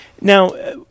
Now